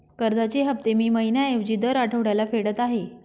कर्जाचे हफ्ते मी महिन्या ऐवजी दर आठवड्याला फेडत आहे